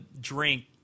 drink